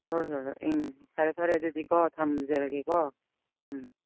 ꯍꯣꯏ ꯍꯣꯏ ꯍꯣꯏ ꯎꯝ ꯐꯔꯦ ꯐꯔꯦ ꯑꯗꯨꯗꯤꯀꯣ ꯊꯝꯖꯔꯒꯦꯀꯣ ꯎꯝ